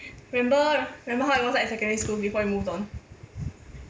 remember remember how it was like secondary school in before we moved on